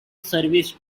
service